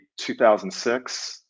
2006